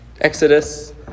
Exodus